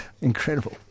incredible